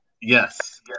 Yes